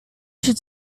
should